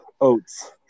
Oats